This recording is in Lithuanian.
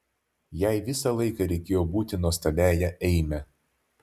jai visą laiką reikėjo būti nuostabiąja eime